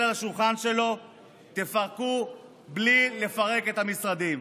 על השולחן שלו תפתרו בלי לפרק את המשרדים.